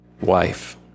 wife